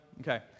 Okay